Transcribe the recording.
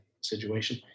situation